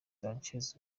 sanchez